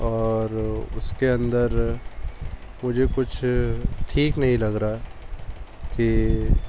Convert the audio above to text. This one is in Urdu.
اور اس کے اندر مجھے کچھ ٹھیک نہیں لگ رہا کہ